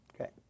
Okay